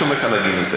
אני סומך על הגינותך.